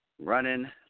running